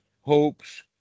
hopes